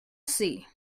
see